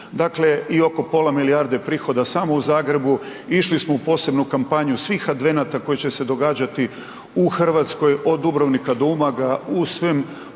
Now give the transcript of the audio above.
Dakle, i oko pola milijarde prihoda samo u Zagrebu. Išli smo u posebnu kampanju svih advenata koji će se događati u Hrvatskoj, od Dubrovnika do Umaga u svim